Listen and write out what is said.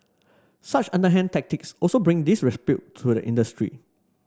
such underhand tactics also bring disrepute to the industry